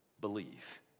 believe